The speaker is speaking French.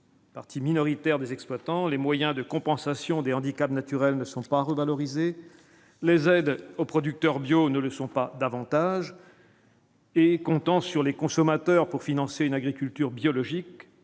parti minoritaire des exploitants, les moyens de compensation des handicaps naturels ne sont pas revaloriser les aides aux producteurs bio ne le sont pas davantage. Et comptant sur les consommateurs, pour financer une agriculture biologique